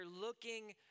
looking